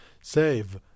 save